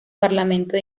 parlamento